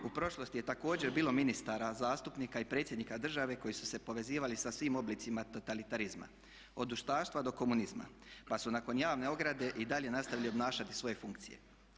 U prošlosti je također bilo ministara, zastupnika i predsjednika države koji su se povezivali sa svim oblicima totalitarizma od ustaštva do komunizma, pa su nakon javne ograde i dalje nastavili obnašati svoje funkcije.